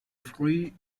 fruits